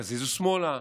תזיזו שמאלה,